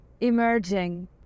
emerging